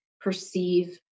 perceive